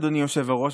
אדוני היושב-ראש,